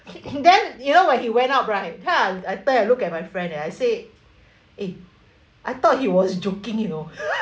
and then you know when he went up right ha I turn and look at my friend and I said eh I thought he was joking you know